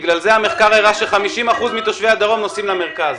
בגלל זה המחקר הראה ש-50% מתושבי הדרום נוסעים למרכז.